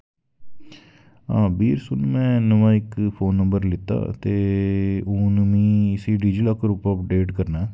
हां बीर सुन में इक नमां फोन नंबर ते हून में इसी डिजी लाकर पर अपडेट करनां ऐ